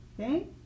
Okay